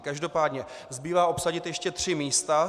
Každopádně zbývá obsadit ještě tři místa.